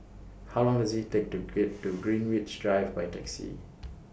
How Long Does IT Take to get to Greenwich Drive By Taxi